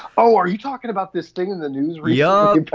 oh, are you talking about this thing in the news? re-architect.